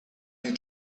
you